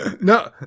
No